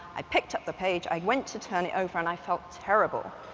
i picked up the page, i went to turn it over, and i felt terrible.